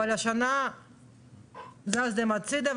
אבל השנה זזתם הצידה,